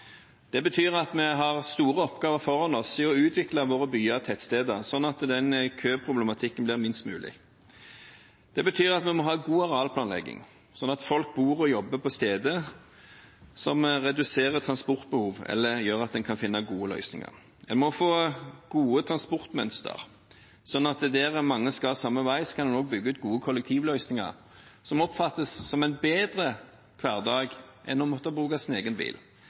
Det betyr at vi har store oppgaver foran oss i å utvikle våre byer og tettsteder, sånn at køproblematikken blir minst mulig. Det betyr at vi må ha god arealplanlegging, sånn at folk bor og jobber på steder som reduserer transportbehovet eller gjør at en kan finne gode løsninger. En må få gode transportmønster, sånn at der mange skal samme vei, kan en også bygge ut gode kollektivløsninger, som oppfattes som en bedre hverdag enn å måtte bruke sin egen bil.